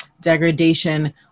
degradation